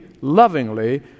lovingly